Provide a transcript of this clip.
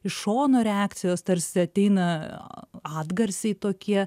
iš šono reakcijos tarsi ateina atgarsiai tokie